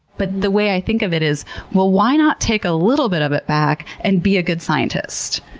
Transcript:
but the way i think of it is well, why not take a little bit of it back and be a good scientist?